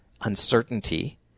uncertainty